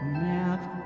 math